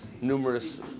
numerous